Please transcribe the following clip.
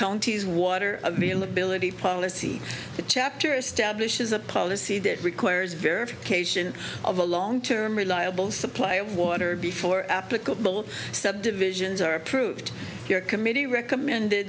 counties water in the billet policy the chapter establishes a policy that requires verification of a long term reliable supply of water before applicable subdivisions are approved your committee recommended